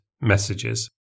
messages